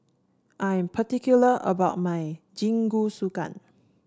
I am particular about my Jingisukan